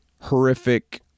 horrific